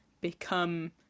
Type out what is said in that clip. become